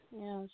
Yes